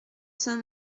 saint